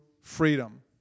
freedom